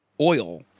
oil